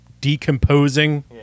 decomposing